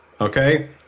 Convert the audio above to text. okay